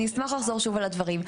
אני אשמח לחזור שוב על הדברים.